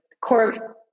core